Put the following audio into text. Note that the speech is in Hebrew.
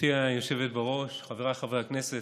גברתי היושבת בראש, חבריי חברי הכנסת,